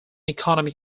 economic